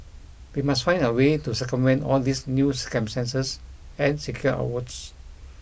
we must find a way to circumvent all these new circumstances and secure our votes